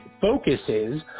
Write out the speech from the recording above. focuses